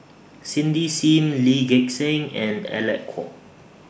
Cindy SIM Lee Gek Seng and Alec Kuok